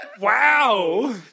Wow